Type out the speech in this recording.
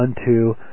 unto